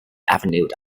avenue